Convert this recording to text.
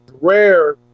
rare